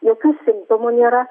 jokių simptomų nėra